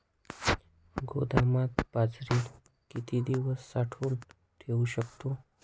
गोदामात बाजरी किती दिवस साठवून ठेवू शकतो?